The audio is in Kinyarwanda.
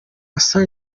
asa